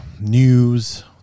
news